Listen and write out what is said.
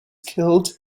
killed